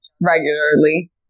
regularly